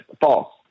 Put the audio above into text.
false